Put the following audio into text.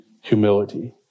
humility